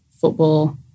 football